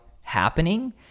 happening